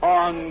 on